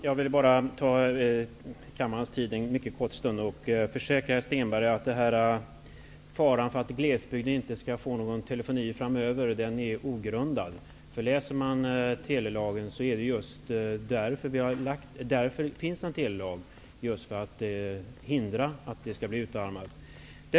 Herr talman! Jag skall ta kammarens tid i anspråk under en mycket kort stund. Jag försäkrar herr Stenberg att farhågan för att glesbygden inte skall få någon telefoni framöver är ogrundad. Det är just därför det stiftas en telelag, dvs. för att förhindra en utarmning.